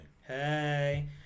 Hey